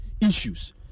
issues